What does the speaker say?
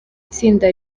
tsinda